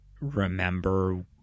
remember